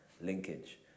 linkage